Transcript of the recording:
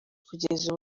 kugeza